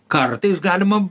kartais galima